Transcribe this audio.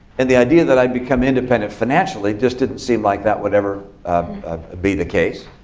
and the idea that i'd become independent financially just didn't seem like that would ever be the case.